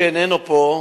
שאיננו פה,